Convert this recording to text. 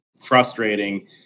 frustrating